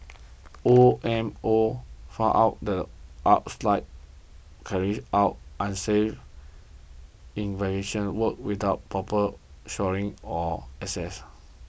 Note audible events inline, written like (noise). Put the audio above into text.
O M O found out the (unintelligible) carried out unsafe (unintelligible) works without proper shoring or access